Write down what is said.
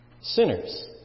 sinners